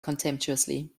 contemptuously